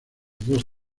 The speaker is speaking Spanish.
dos